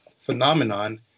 phenomenon